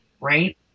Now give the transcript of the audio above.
right